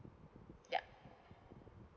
yup